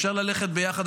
אפשר ללכת ביחד.